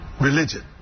Religion